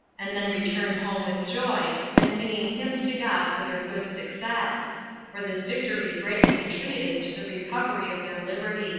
and then returned home with joy, and singing hymns to god for their good success for this victory greatly contributed to the recovery of their liberty